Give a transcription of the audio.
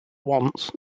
once